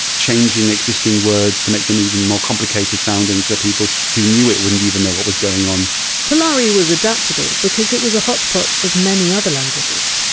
changing existing words to make them even more complicated-sounding, so people who knew it wouldn't even know what was going on polari was adaptable because it was a hotchpotch of many other languages.